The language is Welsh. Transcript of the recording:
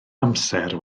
amser